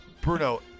Bruno